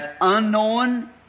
unknown